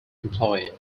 employer